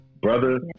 Brother